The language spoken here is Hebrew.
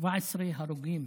17 הרוגים.